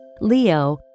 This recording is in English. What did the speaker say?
Leo